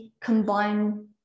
combine